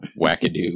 wackadoo